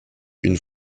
une